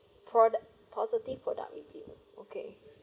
product positive product review okay